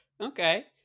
Okay